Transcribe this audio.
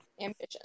ambition